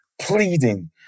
pleading